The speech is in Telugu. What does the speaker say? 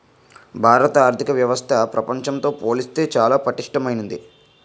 భారత ఆర్థిక వ్యవస్థ ప్రపంచంతో పోల్చితే చాలా పటిష్టమైంది